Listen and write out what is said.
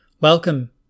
Welcome